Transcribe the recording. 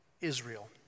Israel